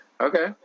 Okay